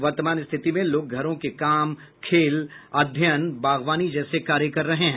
वर्तमान स्थिति में लोग घरों के काम खेल अध्ययन बागवानी जैसे कार्य कर रहे हैं